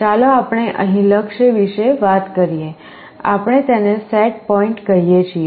ચાલો આપણે અહીં લક્ષ્ય વિશે વાત કરીએ આપણે તેને સેટપોઇન્ટ કહીએ છીએ